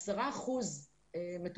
מה שכן הפעלנו זה עשרות במכבי,